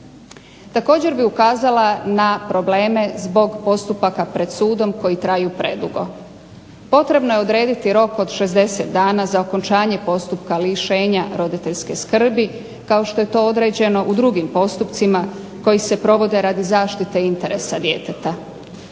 Također bi ukazala na probleme zbog postupaka pred sudom koji traju predugo. Potrebno je odrediti rok od 60 dana za okončanje postupka lišenja roditeljske skrbi, kao što je to određeno u drugim postupcima koji se provode radi zaštite interesa djeteta.